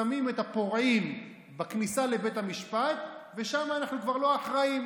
שמים את הפורעים בכניסה לבית המשפט ושם אנחנו כבר לא אחראים.